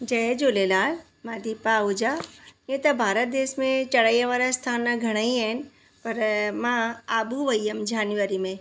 जय झूलेलाल मां दीपा आहुजा इहे त भारत देश में चढ़ाईअ वारा स्थान घणा ई आहिनि पर मां आबू वई हुअमि झेनवरी में